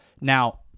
Now